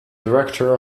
director